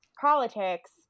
politics